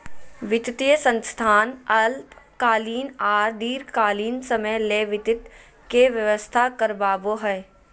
वित्तीय संस्थान अल्पकालीन आर दीर्घकालिन समय ले वित्त के व्यवस्था करवाबो हय